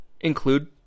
include